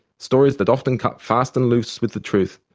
stories that often cut fast-and-loose with the truth,